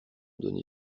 donnée